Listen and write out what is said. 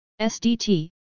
SDT